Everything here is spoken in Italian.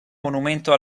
monumento